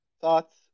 thoughts